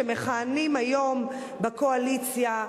שמכהנים היום בקואליציה.